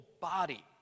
body